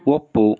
ಒಪ್ಪು